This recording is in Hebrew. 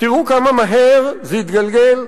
תראו כמה מהר זה התגלגל,